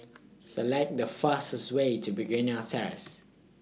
Select The fastest Way to Begonia Terrace